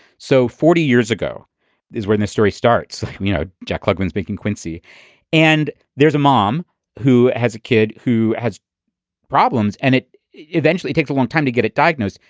so forty years ago is when the story starts, you know, jack klugman's making quincy and there's a mom who has a kid who has problems and it eventually takes a long time to get it diagnosed.